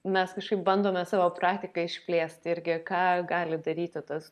mes kažkaip bandome savo praktiką išplėsti irgi ką gali daryti tas